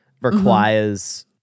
requires